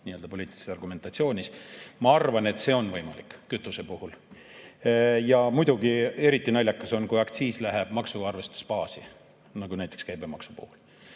ei [kõlagi] poliitilises argumentatsioonis. Ma arvan, et see on siiski kütuse puhul võimalik. Ja muidugi eriti naljakas on, kui aktsiis läheb maksuarvestusbaasi, nagu näiteks käibemaksu puhul.